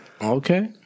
Okay